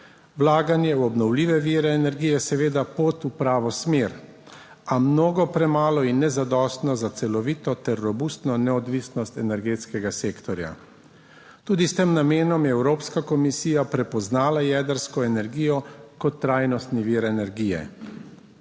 Vlaganje v obnovljive vire energije je seveda pot v pravo smer, a mnogo premalo in nezadostno za celovito ter robustno neodvisnost energetskega sektorja. Tudi s tem namenom je evropska komisija prepoznala jedrsko energijo kot trajnostni vir energije.